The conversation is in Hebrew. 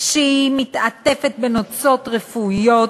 כשהיא מתעטפת בנוצות רפואיות,